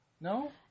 No